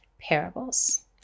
Parables